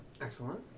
Excellent